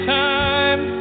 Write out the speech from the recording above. time